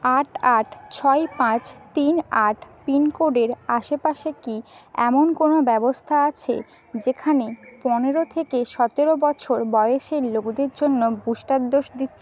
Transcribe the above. আট আট ছয় পাঁচ তিন আট পিনকোডের আশেপাশে কি এমন কোনও ব্যবস্থা আছে যেখানে পনেরো থেকে সতেরো বছর বয়েসের লোকদের জন্য বুস্টার ডোজ দিচ্ছে